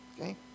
Okay